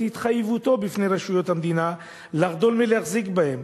התחייבותו בפני רשויות המדינה לחדול מלהחזיק בהם.